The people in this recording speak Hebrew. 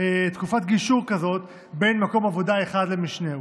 תקופת גישור כזאת, בין מקום עבודה אחד למשנהו.